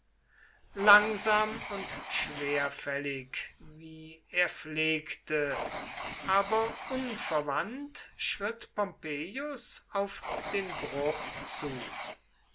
langsam und schwerfällig wie er pflegte aber unverwandt schritt pompeius auf den bruch zu